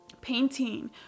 painting